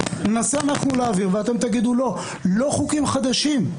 ננסה אנחנו להעביר ואתם תגידו: לא חוקים חדשים.